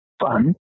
fun